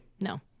No